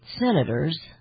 senators